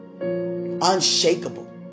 Unshakable